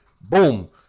Boom